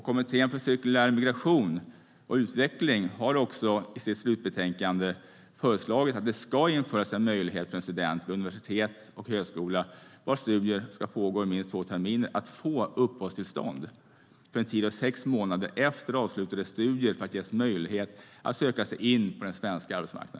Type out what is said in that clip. Kommittén för cirkulär migration och utveckling har också i sitt slutbetänkande föreslagit att det ska införas en möjlighet för de studenter vid universitet och högskola vars studier pågår minst två terminer att få uppehållstillstånd för en tid av sex månader efter avslutade studier så att de kan söka sig in på den svenska arbetsmarknaden.